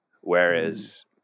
Whereas